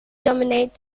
dominate